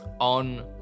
on